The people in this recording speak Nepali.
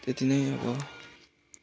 त्यति नै अब